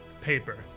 paper